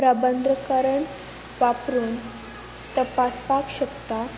प्रबंद्रकरण वापरून तपासपाक शकता